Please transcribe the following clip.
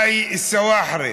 חאי א-סוואחרה,